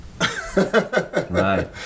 Right